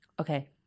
okay